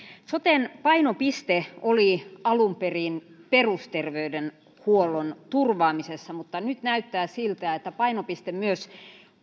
soten painopiste oli alun perin perusterveydenhuollon turvaamisessa mutta nyt näyttää siltä että painopiste myös